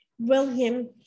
William